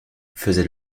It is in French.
faisait